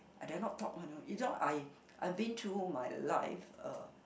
I dare not talk one ah you know I I been through my life uh